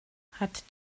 hat